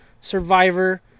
Survivor